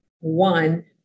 one